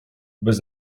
bez